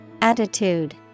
Attitude